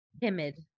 Timid